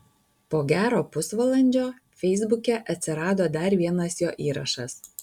po gero pusvalandžio feisbuke atsirado dar vienas jo įrašas